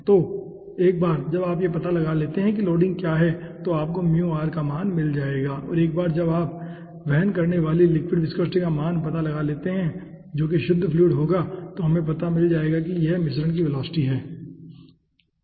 तो एक बार जब हम यह पता लगा लेते हैं कि लोडिंग क्या है तो आपको का मान मिल जाएगा और एक बार जब मुझे वहन करने वाली लिक्विड विस्कोसिटी का मान पता चल जाएगा जो कि शुद्ध फ्लूइड होगा तो हमें मिल जाएगा कि यहाँ पर मिश्रण की वेलोसिटी क्या है ठीक है